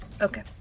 Okay